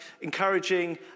encouraging